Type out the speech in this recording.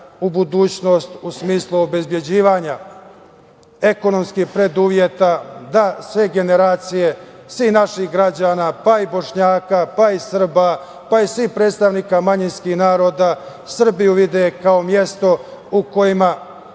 u budućnost u smislu obezbeđivanja ekonomskih preduslova, da sve generacije, svih naših građana, pa i Bošnjaka, pa i Srba, pa i svih predstavnika manjinskih naroda, Srbiju vide kao mesto u kojem